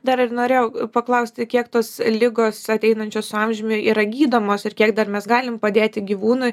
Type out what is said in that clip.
dar ir norėjau paklausti kiek tos ligos ateinančios su amžiumi yra gydomos ir kiek dar mes galim padėti gyvūnui